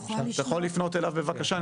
אתה יכול לפנות אליו בבקשה.